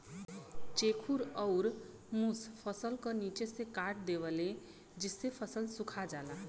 चेखुर अउर मुस फसल क निचे से काट देवेले जेसे फसल सुखा जाला